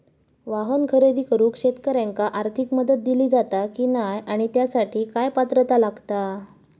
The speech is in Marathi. वाहन खरेदी करूक शेतकऱ्यांका आर्थिक मदत दिली जाता की नाय आणि त्यासाठी काय पात्रता लागता?